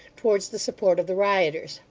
towards the support of the rioters.